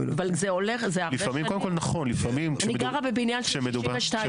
אני גרה בבניין של 62 שנה,